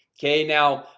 okay now?